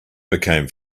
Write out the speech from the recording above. became